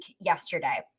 yesterday